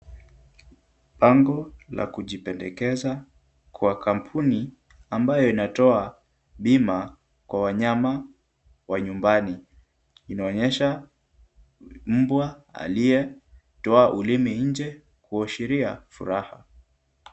Bango la kujipendekeza kwa kampuni ambayo inatoa bima kwa wanyama wa nyumbani, inaonyesha mbwa aliyetoa ulimi nje kuashiria furaha.